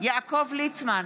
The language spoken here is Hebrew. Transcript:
יעקב ליצמן,